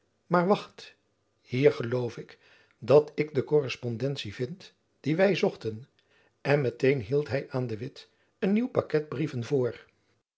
maar wacht hier geloof ik dat ik de korrespondentie vind die wy zochten en met-een hield hy aan de witt een nieuw pakket brieven voor